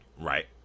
right